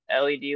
led